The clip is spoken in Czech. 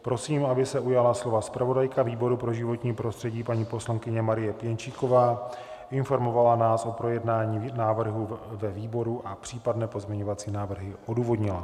Prosím, aby se ujala slova zpravodajka výboru pro životní prostředí, paní poslankyně Marie Pěnčíková, informovala nás o projednání návrhu ve výboru a případné pozměňovací návrhy odůvodnila.